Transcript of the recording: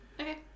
Okay